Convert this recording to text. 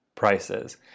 prices